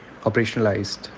operationalized